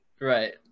Right